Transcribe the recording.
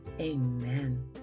amen